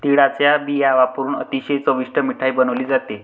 तिळाचा बिया वापरुन अतिशय चविष्ट मिठाई बनवली जाते